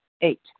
Eight